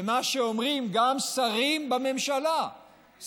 ולמה שאומרים גם שרים בממשלה,